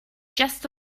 just